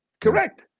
Correct